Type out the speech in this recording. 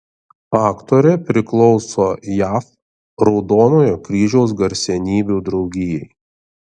aktorė priklauso jav raudonojo kryžiaus garsenybių draugijai